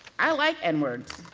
i like n-words,